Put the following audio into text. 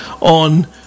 on